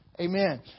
Amen